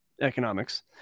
economics